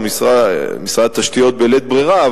ומשרד התשתיות בלית ברירה,